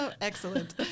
Excellent